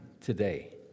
today